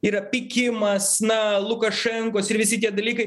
yra pykimas na lukašenkos ir visi tie dalykai